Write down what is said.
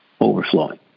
overflowing